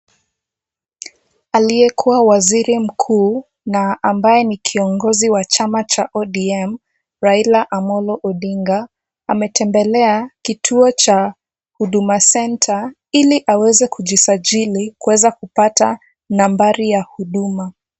Aliyekuwa waziri mkuu na ambaye ni kiongozi wa chama cha ODM, Raila Amolo Odinga, ametembelea kituo cha Huduma Center ili aweze kujisajili kuweza kupata nambari ya huduma.